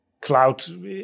cloud